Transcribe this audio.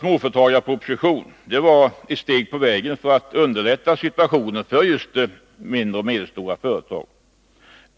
småföretagarproposition var ytterligare ett steg på vägen för att underlätta situationen för de mindre och medelstora företagen.